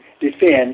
defend